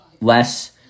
less